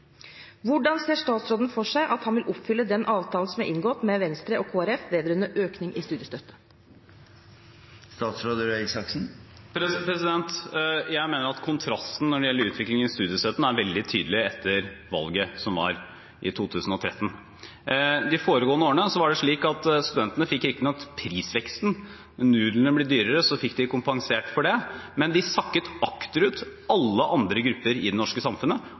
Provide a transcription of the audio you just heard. Hvordan ser statsråden for seg at han vil oppfylle den avtalen som er inngått med Venstre og Kristelig Folkeparti vedrørende økning i studiestøtte? Jeg mener at kontrasten når det gjelder utviklingen i studiestøtten, er veldig tydelig etter valget i 2013. De foregående årene var det slik at studentene riktignok fikk prisveksten – nudlene ble dyrere, og så fikk de kompensert for det. Men de sakket akterut i forhold til alle andre grupper i det norske samfunnet